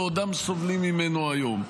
ועודם סובלים ממנו היום.